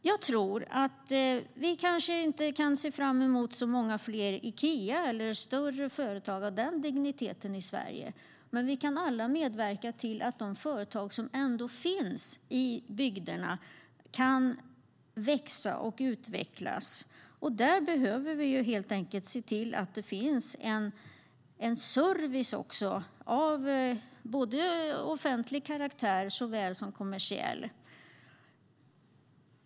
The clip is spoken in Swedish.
Jag tror att vi kanske inte kan se fram emot så många fler Ikea eller större företag av den digniteten i Sverige. Men vi kan alla medverka till att de företag som ändå finns i bygderna kan växa och utvecklas. Där behöver vi helt enkelt se till att det finns service av både offentlig och kommersiell karaktär.